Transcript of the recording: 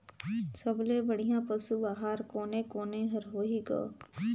सबले बढ़िया पशु आहार कोने कोने हर होही ग?